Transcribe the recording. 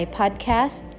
podcast